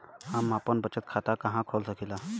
हम आपन बचत खाता कहा खोल सकीला?